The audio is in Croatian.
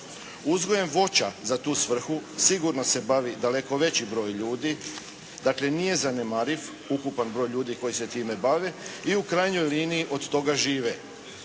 Uzgojem voća za tu svrhu sigurno se bavi daleko veći broj ljudi, dakle nije zanemariv ukupan broj ljudi koji se time bavi i u krajnjoj liniji od toga žive.